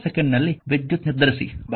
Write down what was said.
4 ಸೆಕೆಂಡಿನಲ್ಲಿ ವಿದ್ಯುತ್ ನಿರ್ಧರಿಸಿ